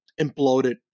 imploded